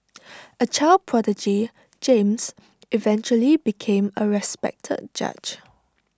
A child prodigy James eventually became A respected judge